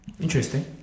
Interesting